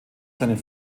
seinen